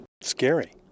Scary